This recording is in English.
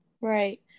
Right